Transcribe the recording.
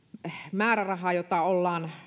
määräraha jota ollaan